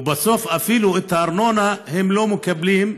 ובסוף אפילו את הארנונה הם לא מקבלים,